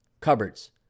cupboards